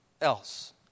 else